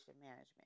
management